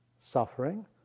suffering